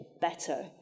better